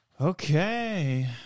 Okay